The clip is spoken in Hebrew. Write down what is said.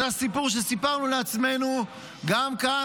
זה הסיפור שסיפרנו לעצמנו גם כאן,